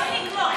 בואי נגמור.